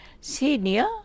senior